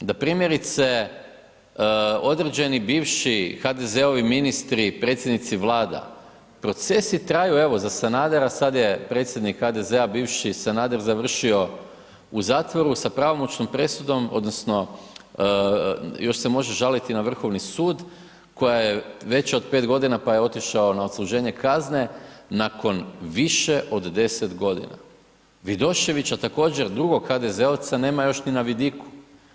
da primjerice određeni bivši HDZ-ovi ministri i predsjednici Vlada, procesi traju, evo za Sanadera, sad je predsjednik HDZ bivši Sanader, završio u zatvoru sa pravomoćnom presudom odnosno još se može žaliti na Vrhovni sud, koja je veća od 5.g., pa je otišao na odsluženje kazne nakon više od 10.g. Vidoševića, također drugog HDZ-ovca nema još ni na vidiku,